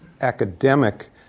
academic